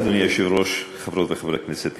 אדוני היושב-ראש, חברות וחברי כנסת נכבדים,